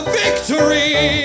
victory